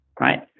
right